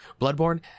Bloodborne